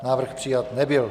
Návrh přijat nebyl.